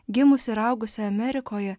gimusi ir augusi amerikoje